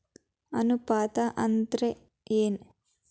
ಅನುಪಾತ ಅಂದ್ರ ಏನ್?